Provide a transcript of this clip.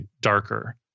darker